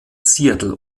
seattle